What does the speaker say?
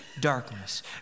darkness